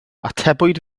atebwyd